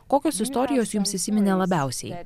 kokios istorijos jums įsiminė labiausiai